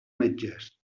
metges